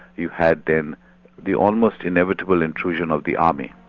yeah had then the almost inevitable intrusion of the army.